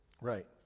Right